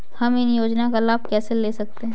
हम इन योजनाओं का लाभ कैसे ले सकते हैं?